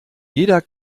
jeder